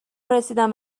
رسیدن